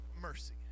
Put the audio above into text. mercy